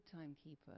timekeeper